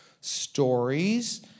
stories